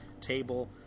table